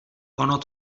ono